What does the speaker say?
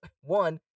one